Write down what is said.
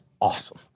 Awesome